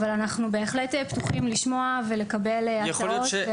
אבל אנחנו בהחלט פתוחים לשמוע ולקבל הצעות.